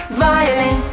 violin